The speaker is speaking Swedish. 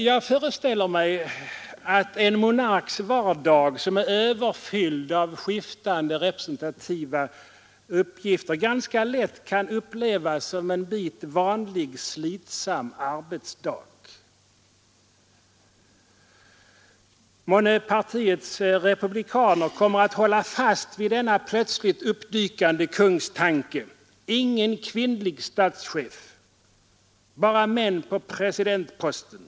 Jag föreställer mig att en monarks vardag, som är överfylld av skiftande representationsuppgifter, ganska lätt kan upplevas som en bit vanlig slitsam arbetsdag. Månne partiets republikaner kommer att hålla fast vid denna plötsligt uppdykande kungstanke: Ingen kvinnlig statschef. Bara män på presidentposten.